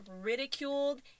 ridiculed